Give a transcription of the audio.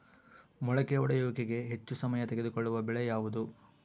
ಮೊಳಕೆ ಒಡೆಯುವಿಕೆಗೆ ಹೆಚ್ಚು ಸಮಯ ತೆಗೆದುಕೊಳ್ಳುವ ಬೆಳೆ ಯಾವುದು?